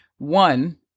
One